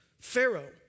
Pharaoh